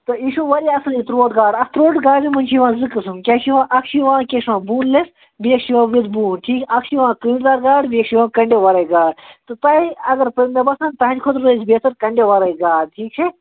تہٕ یہِ چھُ واریاہ اَصٕل یہِ ترٛوٹ گاڈٕ اَتھ ترٛوٹ گاڈِ منٛز چھِ یِوان زٕ قٕسٕم کیٛاہ چھِ یِوان اَکھ چھِ یِوان کیٛاہ چھِ یِوان بونلِیٚس بیٚیہِ چھِ یِوان وِد بون اَکھ چھِ یِوان کٔنٛڈۍ دار گاڈ بیٚیہِ چھِ یِوان کَنڈٮ۪و ورٲے گاڈ تہٕ تۄہہِ اگر مےٚ باسان تُہٕنٛدِ خٲطرٕ روزٕ بہتر کَنٛڈیو وَرٲیی گاڈ ٹھیٖک چھا